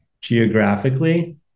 geographically